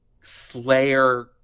Slayer